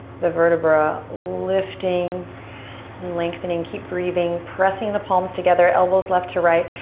the vertebra lifting and lengthening. keep breathing. pressing the palms together, elbows left to right.